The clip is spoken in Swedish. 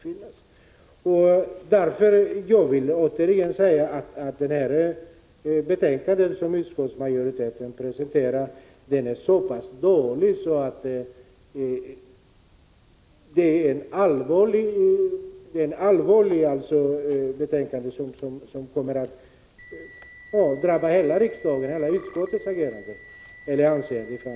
Jag vill därför återigen säga att det betänkande som utskottsmajoriteten presenterar är så pass dåligt att det kommer att drabba hela utskottets anseende i framtiden.